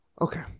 Okay